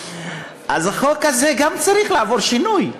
אז החוק הזה גם צריך לעבור שינוי.